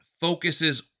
focuses